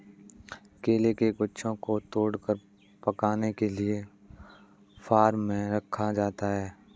केले के गुच्छों को तोड़कर पकाने के लिए फार्म में रखा जाता है